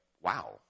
wow